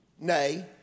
Nay